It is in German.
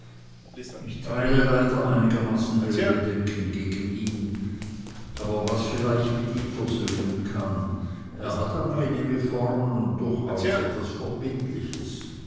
ich teile leider einigermaßen ihre bedenken gegen ihn aber was vielleicht mit ihm versöhnen kann er hat angenehme formen und durchaus etwas verbindliches